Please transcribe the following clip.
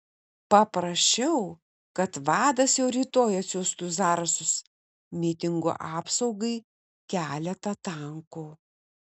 paprašiau kad vadas jau rytoj atsiųstų į zarasus mitingo apsaugai keletą tankų